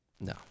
No